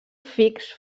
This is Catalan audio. fix